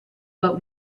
but